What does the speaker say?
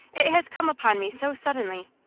it has come upon me so suddenly.